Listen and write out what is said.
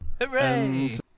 Hooray